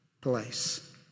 place